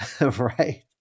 Right